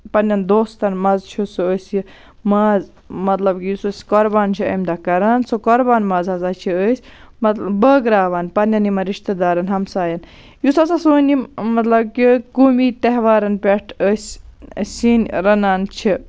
پننٮ۪ن دوستَن منٛز چھُ سُہ أسۍ یہِ ماز مطلب یُس أسۍ قۄربان چھِ اَمہِ دۄہ کران سُہ قۄربان ماز ہسا چھِ أسۍ بٲگراوان پَنٕنٮ۪ن یِمن رِشتہٕ دارَن ہَمساین یُس ہسا سٲنۍ یِم مطلب کہِ قوٗمی تہوارَن پٮ۪ٹھ أسۍ سِنۍ رَنان چھِ